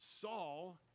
Saul